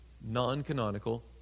non-canonical